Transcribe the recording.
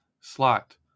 slot